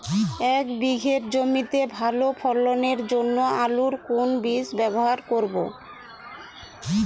এক বিঘে জমিতে ভালো ফলনের জন্য আলুর কোন বীজ ব্যবহার করব?